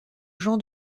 jean